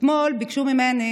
אתמול ביקשו ממני